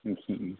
ہوں